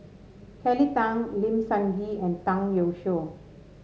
Kelly Tang Lim Sun Gee and Zhang Youshuo